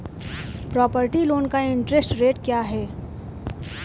Property loan का interest rate क्या है?